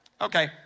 Okay